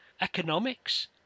economics